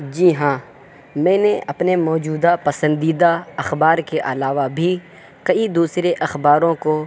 جی ہاں میں نے اپنے موجودہ پسندیدہ اخبار کے علاوہ بھی کئی دوسرے اخباروں کو